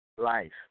Life